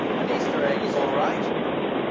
an easter egg is all right.